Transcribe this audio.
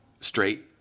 straight